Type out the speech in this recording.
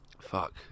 Fuck